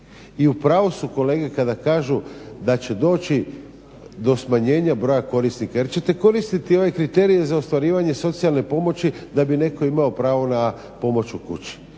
I u pravu su kolege kada kažu da će doći do smanjenja broja korisnika jer ćete koristiti ove kriterije za ostvarivanje socijalne pomoći da bi netko imao pravo na pomoć u kući.